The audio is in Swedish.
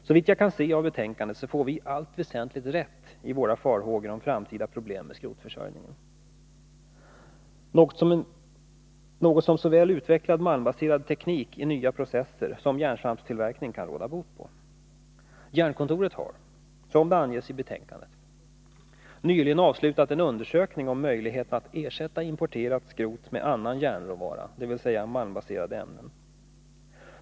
Såvitt jag kan se av betänkandet får vi i allt väsentligt rätt i våra farhågor om framtida problem med skrotförsörjningen. Det är något som såväl utvecklad malmbaserad teknik i nya processer som järnsvampstillverkning kan råda bot på. Jernkontoret har — som det anges i betänkandet — nyligen avslutat en undersökning om möjligheten att ersätta importerat skrot med annan järnråvara, dvs. malmbaserade ämnen.